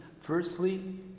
Firstly